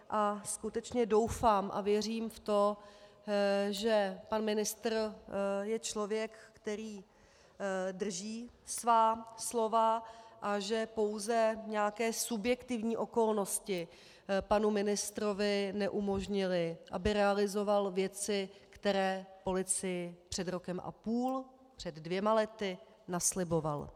A skutečně doufám a věřím v to, že pan ministr je člověk, který drží svá slova, a že pouze nějaké subjektivní okolnosti panu ministrovi neumožnily, aby realizoval věci, které policii před rokem a půl, před dvěma lety nasliboval.